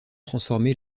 transformé